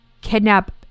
kidnap